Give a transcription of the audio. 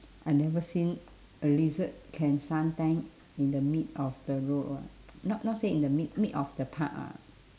I never seen a lizard can suntan in the mid of the road [one] not not say in the mid mid of the park ah